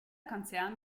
konzern